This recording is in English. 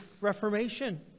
Reformation